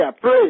pray